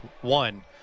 One